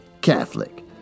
Catholic